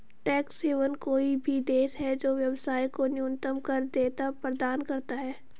tax haven कोई भी देश है जो व्यवसाय को न्यूनतम कर देयता प्रदान करता है